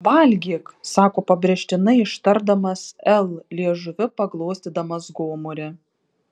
valgyk sako pabrėžtinai ištardamas l liežuviu paglostydamas gomurį